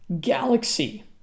galaxy